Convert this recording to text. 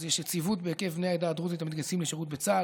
אז יש יציבות בהיקף בני העדה הדרוזית המתגייסים לשירות בצה"ל.